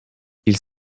ils